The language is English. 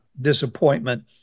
disappointment